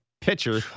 pitcher